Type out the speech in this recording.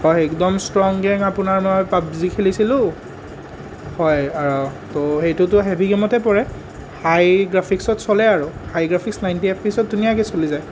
হয় একদম strong game আপোনাৰ মই পাবজী খেলিছিলোঁ হয় তো সেইটোতো হেভি গেমতে পৰে হাই গ্ৰাফিক্সত চলে আৰু high graphics ninety F P এছত ধুনীয়াকৈ চলি যায়